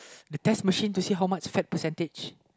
the test machine to see how much fat percentage